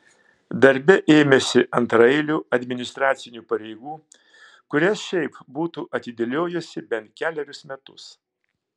darbe ėmėsi antraeilių administracinių pareigų kurias šiaip būtų atidėliojusi bent kelerius metus